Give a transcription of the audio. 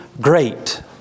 great